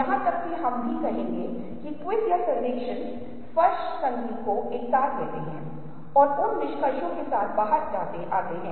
यहां एक और पिक्चर है जहां आप देखते हैं कि असतत तत्वों को एक साथ लाया जाता है और यदि आप इसे कुछ समय के लिए करीब से देखते हैं तो आप एक चेहरे की पहचान कर सकते हैं